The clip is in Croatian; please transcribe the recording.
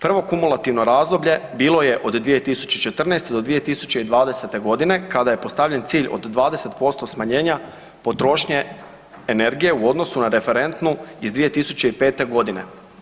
Prvo kumulativno razdoblje bilo je od 2014. do 2020. godine kada postavljen cilj od 20% smanjenja potrošnje energije u odnosu na referentnu iz 2005. godine.